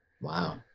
wow